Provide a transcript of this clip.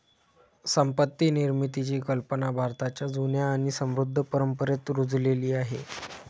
संपत्ती निर्मितीची कल्पना भारताच्या जुन्या आणि समृद्ध परंपरेत रुजलेली आहे